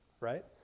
right